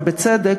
ובצדק,